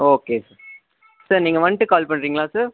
okay sir sir நீங்கள் வந்துட்டு call பண்ணிறீங்களா சார்